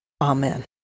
Amen